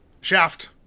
Shaft